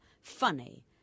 funny